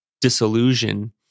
disillusion